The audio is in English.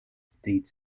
states